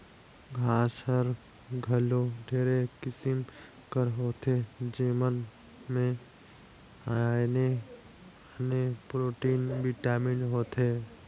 घांस हर घलो ढेरे किसिम कर होथे जेमन में आने आने प्रोटीन, बिटामिन होथे